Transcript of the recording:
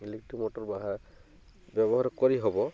electric motor ବ୍ୟବହାର କରିହେବ